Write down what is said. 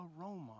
aroma